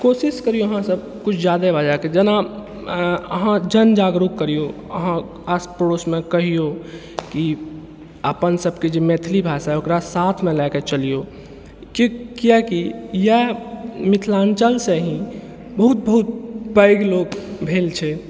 कोशिश करिऔ अहाँसब किछु ज्यादे बाजैके जेना अहाँ जन जागरूक करिऔ अहाँ आस पड़ोसमे कहिऔ कि अपन सबके जे मैथिली भाषा अइ ओकरा साथमे लऽ कऽ चलिऔ कियाकि एहि मिथिलाञ्चलसँ ही बहुत बहुत पैघ लोक भेल छै